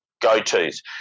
go-tos